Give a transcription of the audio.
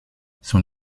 son